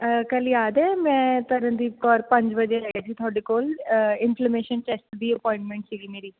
ਕੱਲ੍ਹ ਯਾਦ ਹੈ ਮੈਂ ਤਰਨਦੀਪ ਕੌਰ ਪੰਜ ਵਜੇ ਆਈ ਸੀ ਤੁਹਾਡੇ ਕੋਲ ਇੰਫਲੀਮੈਂਸ਼ਨ ਟੈਸਟ ਦੀ ਅਪੋਇੰਟਮੈਂਟ ਸੀਗੀ ਮੇਰੀ